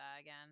again